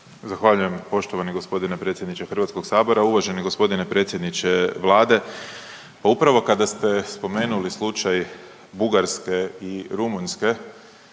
Zahvaljujem poštovani predsjedniče Hrvatskoga sabora. Uvaženi gospodine predsjedniče Vlade pa upravo kada ste spomenuli slučaj Bugarske i Rumunjske